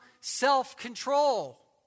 self-control